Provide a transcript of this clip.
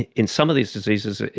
and in some of these diseases,